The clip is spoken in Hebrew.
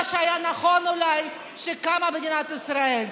מה שאולי היה נכון כשקמה מדינת ישראל,